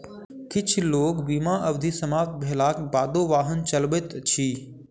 किछ लोक बीमा अवधि समाप्त भेलाक बादो वाहन चलबैत अछि